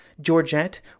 Georgette